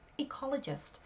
ecologist